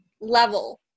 level